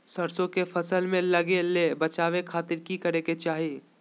सरसों के फसल में लाही लगे से बचावे खातिर की करे के चाही?